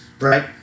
right